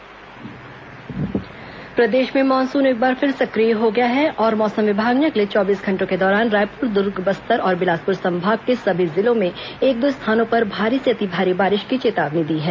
मौसम प्रदेश में मानसून एक बार फिर सक्रिय हो गया है और मौसम विभाग ने अगले चौबीस घंटों के दौरान रायपुर दुर्ग बस्तर और बिलासपुर संभाग के सभी जिलों में एक दो स्थानों पर भारी से अति भारी बारिश की चेतावनी दी है